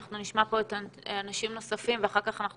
אנחנו נשמע פה אנשים נוספים ואחר כך אנחנו